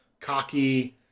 cocky